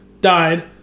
died